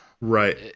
Right